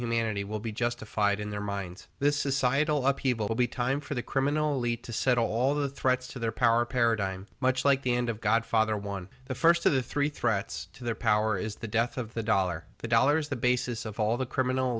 humanity will be justified in their minds this is sidle up he will be time for the criminal lead to settle all the threats to their power paradigm much like the end of godfather one the first of the three threats to their power is the death of the dollar the dollars the basis of all the criminal